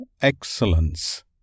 Excellence